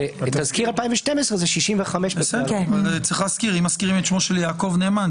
תזכיר 2012 הוא 65. אם מזכירים את שמו של יעקב נאמן,